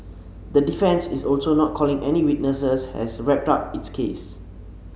the defence is also not calling any witnesses has wrapped up its case